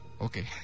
Okay